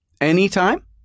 Anytime